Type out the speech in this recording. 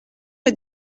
est